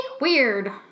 weird